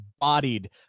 bodied